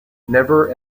never